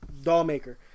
Dollmaker